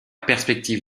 perspective